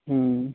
ہوں